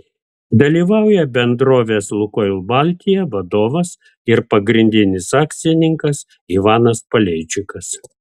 dalyvauja bendrovės lukoil baltija vadovas ir pagrindinis akcininkas ivanas paleičikas